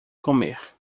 comer